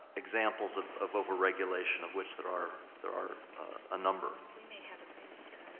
examples of of overregulation of which there are, there are a number. we may have agreement